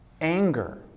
anger